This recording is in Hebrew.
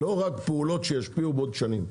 לא רק פעולות שישפיעו בעוד שנים.